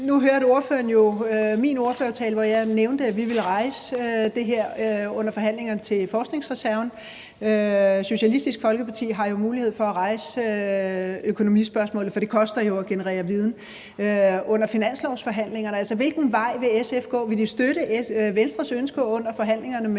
jo min ordførertale, hvor jeg nævnte, at vi vil rejse det her under forhandlingerne om forskningsreserven. Socialistisk Folkeparti har jo mulighed for at rejse økonomispørgsmålet under finanslovsforhandlingerne, for det koster at generere viden. Hvilken vej vil SF gå? Vil I støtte Venstres ønske under forhandlingerne